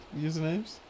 usernames